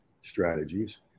strategies